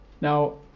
Now